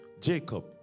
Jacob